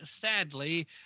sadly